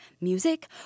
music